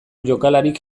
jokalarik